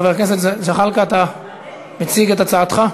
חבר הכנסת זחאלקה, אתה מציג את הצעתך?